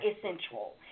essential